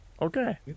Okay